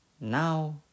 Now